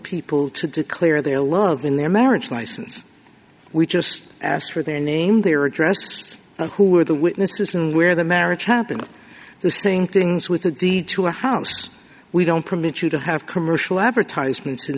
people to declare their love in their marriage license we just asked for their name their address and who were the witnesses and where the marriage happened saying things with the deed to our house we don't permit you to have commercial advertisements in